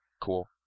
Cool